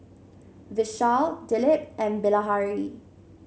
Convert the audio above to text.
Vishal Dilip and Bilahari